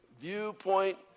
viewpoint